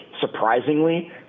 surprisingly